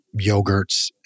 yogurts